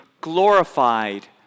glorified